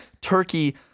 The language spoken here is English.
turkey